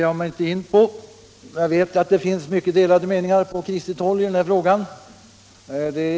Jag är fullt medveten om att det finns mycket delade meningar på kristet håll i den här frågan.